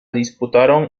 disputaron